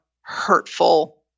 hurtful